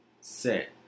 Set